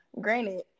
granted